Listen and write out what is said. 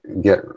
get